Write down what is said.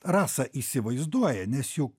rasa įsivaizduoja nes juk